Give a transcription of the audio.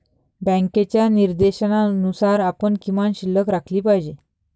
बँकेच्या निर्देशानुसार आपण किमान शिल्लक राखली पाहिजे